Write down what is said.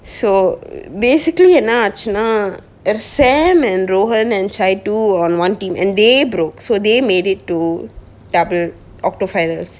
so basically என்ன ஆச்சுனா:enna aachuna sam and rowan and chaitu on one team and they broke so they made it to double octo finals